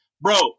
Bro